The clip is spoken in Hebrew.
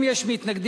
אם יש מתנגדים,